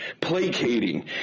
placating